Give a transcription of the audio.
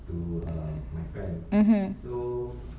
mmhmm